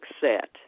set